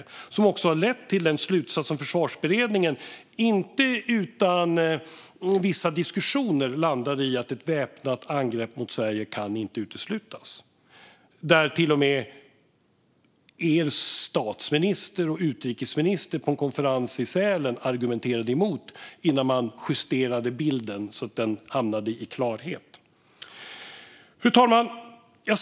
Detta har också lett till den slutsats som Försvarsberedningen inte utan diskussion landat i om att ett väpnat angrepp mot Sverige inte kan uteslutas. På en konferens i Sälen argumenterade den socialdemokratiska statsministern och utrikesministern till och med emot detta innan man justerade bilden så att det blev klarhet. Fru talman!